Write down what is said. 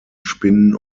spinnen